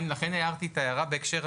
הערתי את ההערה בהקשר הזה,